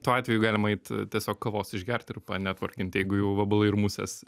tuo atveju galima eit tiesiog kavos išgert ir panetvorkint jeigu jau vabalai musės